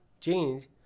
change